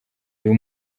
uyu